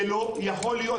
זה לא יכול להיות.